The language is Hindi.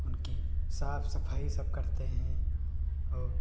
उनकी साफ़ सफ़ाई सब करते हैं और